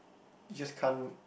it just can't